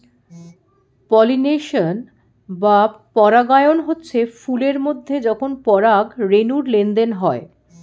pollination বা পরাগায়ন হচ্ছে ফুল এর মধ্যে যখন পরাগ রেণুর লেনদেন হয়